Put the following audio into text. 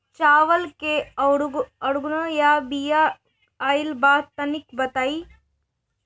चावल के कउनो नया बिया आइल बा तनि बताइ?